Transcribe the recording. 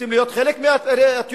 רוצים להיות חלק מאתיופיה,